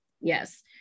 Yes